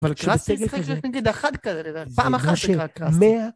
אבל כשאתה צריך להגיד אחת כזה, פעם אחת זה ככה.